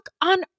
on